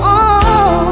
on